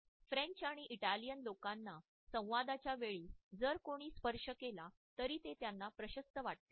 उदाहरणार्थ फ्रेंच आणि इटालियन लोकांना संवादाच्या वेळी जर कोणी स्पर्श केला तरी ते त्यांना प्रशस्त वाटते